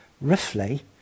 roughly